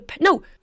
no